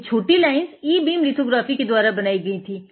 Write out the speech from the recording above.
ये छोटी lines e beam lithography के द्वारा बनाये गई थी